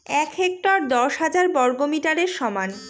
এক হেক্টর দশ হাজার বর্গমিটারের সমান